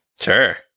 Sure